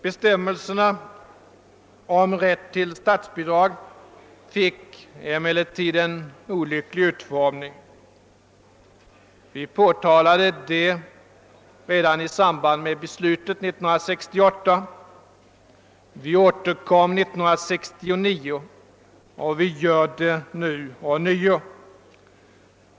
Bestämmelserna om rätt till statsbidrag fick emellertid en olycklig utformning. Vi påtalade det redan i samband med beslutet 1968, vi återkom 1969, och vi gör det nu ånyo.